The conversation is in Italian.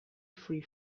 free